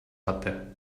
hatte